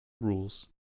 rules